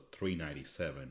397